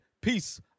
Peace